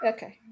Okay